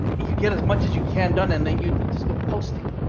you get as much as you can done and then you just go posting.